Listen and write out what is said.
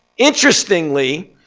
interestingly,